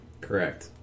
Correct